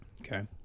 okay